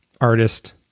artist